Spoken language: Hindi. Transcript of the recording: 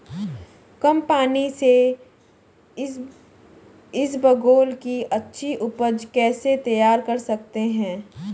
कम पानी से इसबगोल की अच्छी ऊपज कैसे तैयार कर सकते हैं?